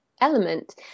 element